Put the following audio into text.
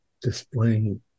displaying